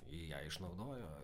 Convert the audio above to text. ją išnaudojo